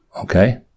Okay